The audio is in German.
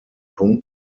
punkten